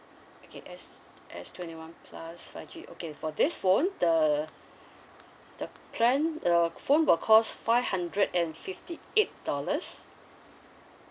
okay S S twenty one plus five G okay for this phone the the plan the phone will cost five hundred and fifty eight dollars